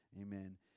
Amen